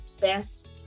best